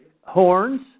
horns